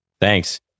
Thanks